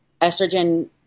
Estrogen